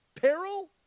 peril